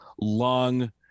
long